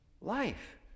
life